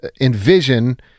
envision